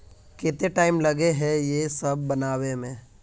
केते टाइम लगे है ये सब बनावे में?